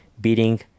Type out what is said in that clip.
Beating